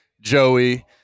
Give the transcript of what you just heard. Joey